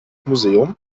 museum